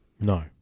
no